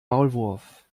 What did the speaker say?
maulwurf